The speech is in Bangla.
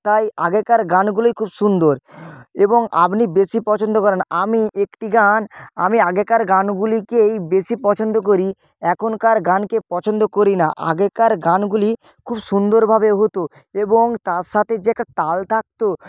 তাই আগেকার গানগুলোই খুব সুন্দর এবং আপনি বেশি পছন্দ করেন আমি একটি গান আমি আগেকার গানগুলিকেই বেশি পছন্দ করি এখনকার গানকে পছন্দ করি না আগেকার গানগুলি খুব সুন্দরভাবে হতো এবং তার সাথে যে একটা তাল থাকতো